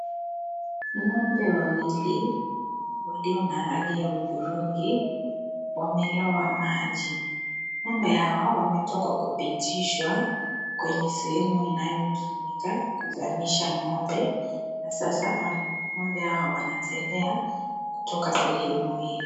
Ng'ombe wawili, walio na rangi ya udhurungi, wameloa maji. Ng'ombe hawa wametoka kupitishwa kwenye sehemu inayotumika kuzamisha ng'ombe na sasa ng'ombe hawa wanatembea kutoka sehemu hiyo.